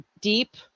deep